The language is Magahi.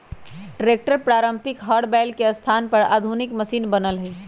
ट्रैक्टर पारम्परिक हर बैल के स्थान पर आधुनिक मशिन बनल हई